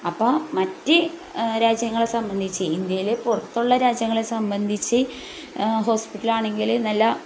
അപ്പം മറ്റ് രാജ്യങ്ങളെ സംബന്ധിച്ച് ഇന്ത്യയിൽ പുറത്തുള്ള രാജ്യങ്ങളെ സംബന്ധിച്ച് ഹോസ്പിറ്റലാണെങ്കിൽ നല്ല